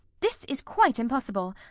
this is quite impossible.